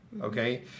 Okay